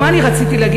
מה אני רציתי להגיד?